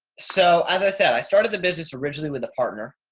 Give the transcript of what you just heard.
so as i said, i started the business originally with a partner.